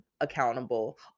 accountable